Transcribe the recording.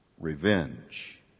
revenge